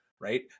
right